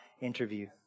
interview